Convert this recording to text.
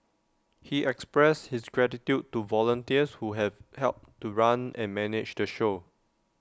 he expressed his gratitude to volunteers who have helped to run and manage the show